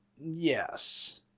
yes